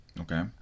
Okay